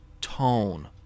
tone